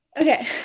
okay